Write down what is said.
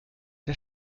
der